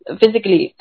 physically